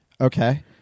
Okay